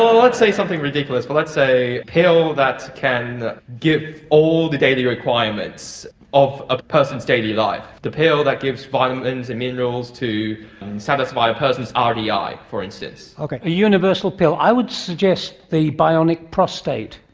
let's say something ridiculous, but let's say pill that can give all the daily requirements of a person's daily life, the pill that gives vitamins and minerals to satisfy a person's ah rdi, for instance. okay, a universal pill. i would suggest the bionic prostate.